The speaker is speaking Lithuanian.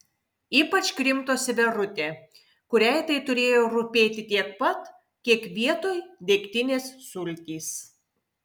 ypač krimtosi verutė kuriai tai turėjo rūpėti tiek pat kiek vietoj degtinės sultys